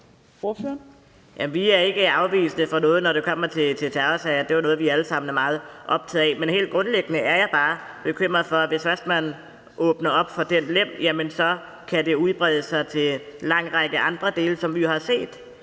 vi er ikke afvisende over for noget, når det kommer til terrorsager. Det er jo noget, vi alle sammen er meget optaget af. Men helt grundlæggende er jeg bare bekymret for, at hvis først man åbner op for den lem, kan det brede sig til en lang række andre dele, som vi jo har set